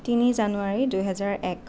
তিনি জানুৱাৰী দুহেজাৰ এক